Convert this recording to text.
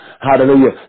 Hallelujah